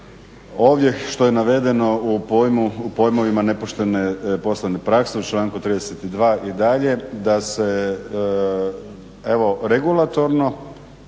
ovdje što je navedeno u pojmovima nepoštene poslovne prakse, u članku 32. i dalje da se evo regulatorno